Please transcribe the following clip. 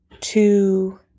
two